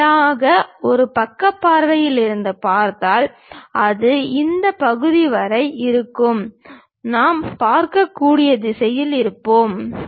நான் நேராக ஒரு பக்க பார்வையில் இருந்து பார்த்தால் அது இந்த பகுதி வரை இருக்கும் நாம் பார்க்கக்கூடிய நிலையில் இருப்போம்